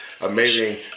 amazing